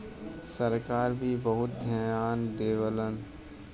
सरकार भी बहुत धियान देवलन